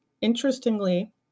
interestingly